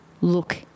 look